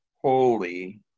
holy